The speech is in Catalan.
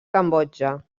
cambodja